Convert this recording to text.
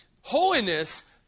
Holiness